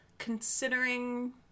considering